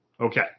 Okay